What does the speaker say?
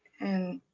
and.